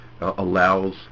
allows